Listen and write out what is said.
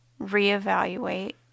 reevaluate